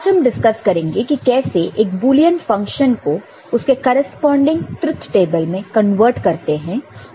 आज हम डिस्कस करेंगे कि कैसे एक बुलियन फंक्शन को उसके करेस्पॉनन्डिंग ट्रुथ टेबल में कन्वर्ट करते हैं